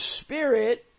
Spirit